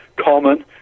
common